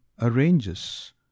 arranges